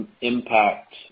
impact